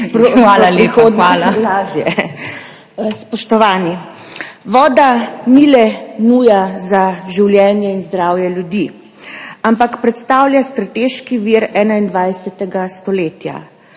ŽIBERT (PS SDS): Spoštovani! Voda ni le nujna za življenje in zdravje ljudi, ampak predstavlja strateški vir 21. stoletja.